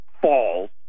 falls